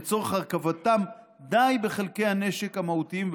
שלצורך הרכבתם די בחלקי הנשק המהותיים,